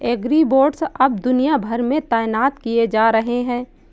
agribots अब दुनिया भर में तैनात किए जा रहे हैं